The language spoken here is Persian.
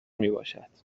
میباشد